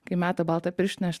kai meta baltą pirštinę aš